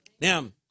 Now